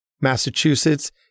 Massachusetts